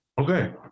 Okay